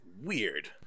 weird